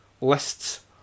lists